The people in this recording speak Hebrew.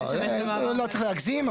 לא צריך להגזים,